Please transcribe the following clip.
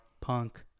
punk